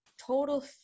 total